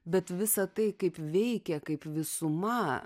bet visa tai kaip veikia kaip visuma